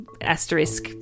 asterisk